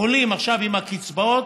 עולים עכשיו עם הקצבאות,